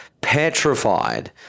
petrified